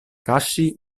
kaŝi